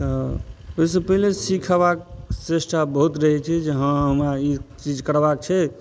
ओहिसँ पहिले सीखबाक चेष्टा बहुत रहै छै जे हँ हमरा ई चीज करबाक छै